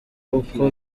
uko